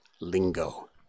lingo